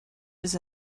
was